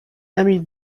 emil